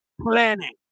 planning